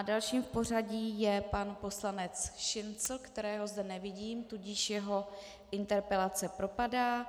Dalším v pořadí je pan poslanec Šincl, kterého zde nevidím, tudíž jeho interpelace propadá.